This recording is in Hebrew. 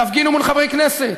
תפגינו מול חברי כנסת,